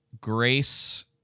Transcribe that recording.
Grace